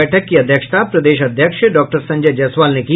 बैठक की अध्यक्षता प्रदेश अध्यक्ष डॉक्टर संजय जायसवाल ने की